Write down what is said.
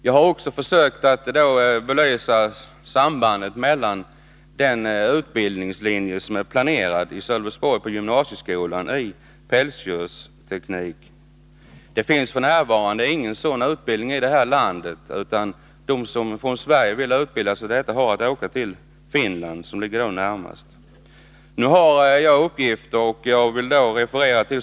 Jag har vidare försökt att belysa sambandet med den utbildningslinje i pälsdjursteknik som planeras på gymnasieskolan i Sölvesborg. Det finns f. n. ingen utbildning på detta område i landet, och de svenskar som vill skaffa sig en sådan utbildning får göra det i Finland, som har den närmast tillgängliga utbildningen.